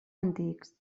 antics